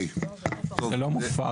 זה לא מופר,